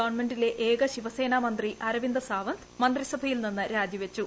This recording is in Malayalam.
ഗവൺമെന്റിലെ ഏക ശിവസേനാ മന്ത്രി അരവിന്ദ് സാവന്ത് മന്ത്രിസഭയിൽ നിന്ന് രാജിവച്ചു